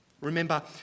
Remember